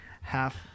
half